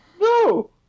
no